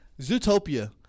Zootopia